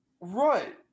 Right